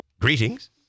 Greetings